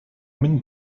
many